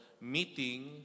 meeting